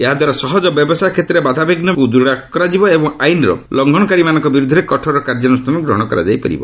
ଏହାଦାରା ସହଜ ବ୍ୟବସାୟ କ୍ଷେତ୍ରରେ ବାଧାବିଘ୍ନକୁ ଦୂର କରାଯାଇପାରିବ ଏବଂ ଆଇନର ଲଙ୍ଘନକାରୀମାନଙ୍କ ବିରୋଧରେ କଠୋର କାର୍ଯ୍ୟାନୃଷ୍ଣାନ ଗ୍ରହଣ କରାଯାଇପାରିବ